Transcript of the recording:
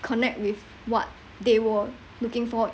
connect with what they were looking forward